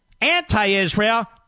anti-Israel